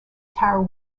tower